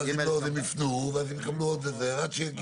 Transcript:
ואז הם יפנו לקבל עוד זמן.